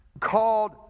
called